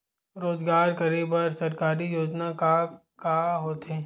रोजगार करे बर सरकारी योजना का का होथे?